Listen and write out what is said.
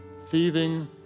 thieving